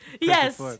Yes